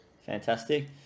fantastic